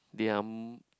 they are